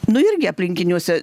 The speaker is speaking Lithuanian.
nu irgi aplinkiniuose